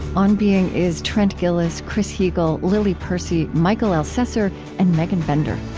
on being is trent gilliss, chris heagle, lily percy, mikel elcessor and megan bender